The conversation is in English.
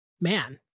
man